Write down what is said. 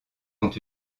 ont